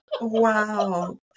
Wow